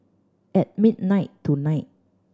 at midnight tonight